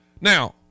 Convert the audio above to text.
Now